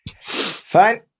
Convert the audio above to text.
Fine